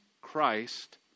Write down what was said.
Christ